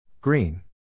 Green